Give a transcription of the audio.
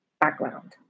background